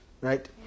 right